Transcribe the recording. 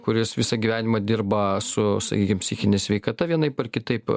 kuris visą gyvenimą dirba su sakykim psichine sveikata vienaip ar kitaip